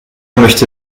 möchte